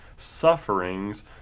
sufferings